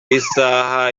isaha